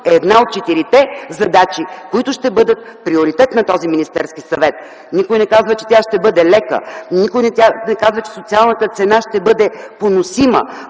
е една от четирите задачи, които ще бъдат приоритет на този Министерски съвет. Никой не казва, че тя ще бъде лека, никой не казва, че социалната цена ще бъде поносима